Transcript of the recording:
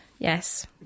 Yes